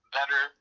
better